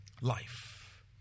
life